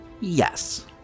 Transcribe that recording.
Yes